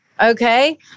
Okay